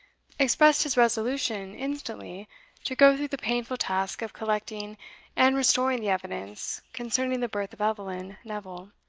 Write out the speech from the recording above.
expressed his resolution instantly to go through the painful task of collecting and restoring the evidence concerning the birth of eveline neville,